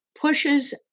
pushes